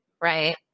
right